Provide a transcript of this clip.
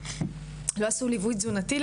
לא עשו ליווי תזונתי,